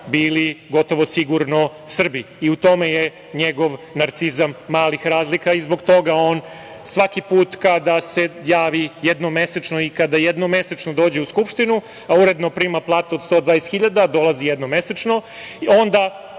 bili gotovo sigurno Srbi. I u tome je njegov „narcizam malih razlika“ i zbog toga on svaki put kada se javi jednom mesečno i kada jednom mesečno dođe u Skupštinu, a uredno prima platu od 120.000, dolazi jednom mesečno, onda